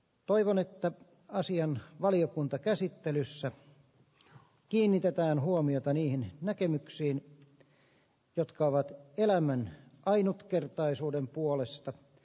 toivon että asian valiokuntakäsittelyssä kiinnitetään huomiota niihin näkemyksiin jotka ovat elämän ainutkertaisuuden puolesta